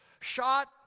shot